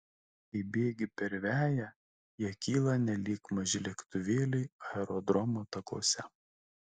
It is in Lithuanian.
kai bėgi per veją jie kyla nelyg maži lėktuvėliai aerodromo takuose